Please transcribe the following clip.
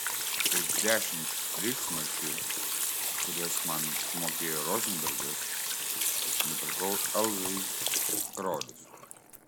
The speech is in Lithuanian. už dešimt reichsmarkių kurias man sumokėjo rozenbergas nupirkau elzai karolius